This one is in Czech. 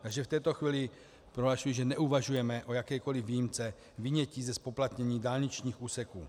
Takže v této chvíli prohlašuji, že neuvažujeme o jakékoli výjimce vynětí ze zpoplatnění dálničních úseků.